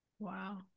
Wow